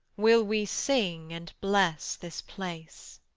will we sing, and bless this place.